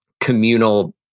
communal